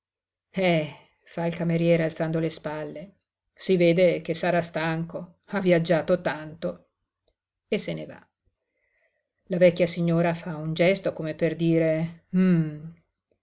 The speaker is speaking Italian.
eh fa il cameriere alzando le spalle si vede che sarà stanco ha viaggiato tanto e se ne va la vecchia signora fa un gesto come per dire